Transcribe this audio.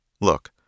Look